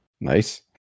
nice